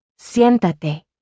siéntate